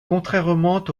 contrairement